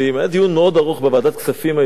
היה דיון מאוד ארוך בוועדת הכספים היום